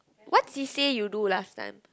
what she say you do last time